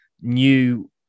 new